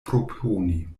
proponi